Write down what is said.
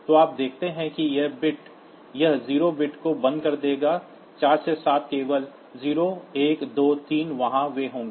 तो आप देखते हैं कि यह 0 बिट्स को बंद कर देगा 4 से 7 केवल 0 1 2 3 वहां वे होंगे